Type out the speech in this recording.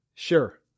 Sure